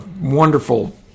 wonderful